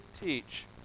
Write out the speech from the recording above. teach